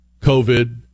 COVID